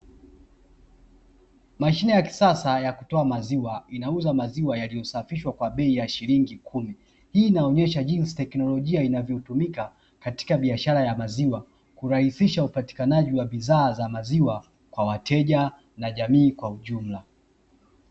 Mashine ya kisasa ya kutoa maziwa inauza maziwa yaliyosafishwa kwa bei ya shilingi kumi. Hii inaonesha jinsi teknolojia inavyotumika katika biashara ya maziwa. Kurahisisha upatikanaji wa bidhaa za maziwa kwa wateja na jamii kwa ujumla.